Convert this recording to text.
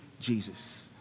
Jesus